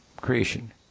creation